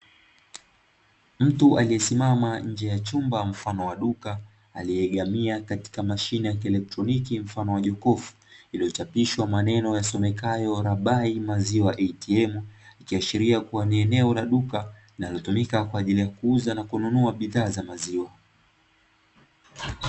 Mtu aliesimama nje ya chumba mfano wa duka aliyeegamia mashine ya kielektroniki mfano wa jokofu, iliyochapiswa maneno yasomekayo "RABAI MAZIWA ATM" ikiashiria kuwa ni eneo la duka, linalotumika kwaajili ya kuuza na kununua bidhaa za maziwa.